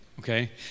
Okay